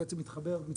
בעצם מתחבר --- אה,